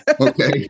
Okay